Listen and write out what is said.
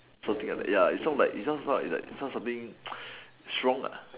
something like that ya it sounds like it sounds not it's not something strong lah